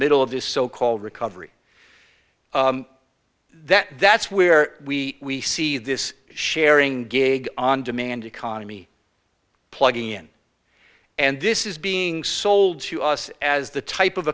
middle of this so called recovery that that's where we see this sharing gig on demand economy plugging in and this is being sold to us as the type of